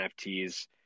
NFTs